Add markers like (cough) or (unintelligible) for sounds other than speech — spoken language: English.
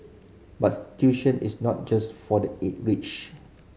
but (unintelligible) tuition is not just for the (unintelligible) rich